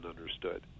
understood